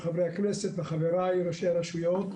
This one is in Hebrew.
חברי הכנסת וחבריי ראשי הרשויות.